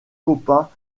copa